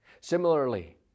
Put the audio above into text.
Similarly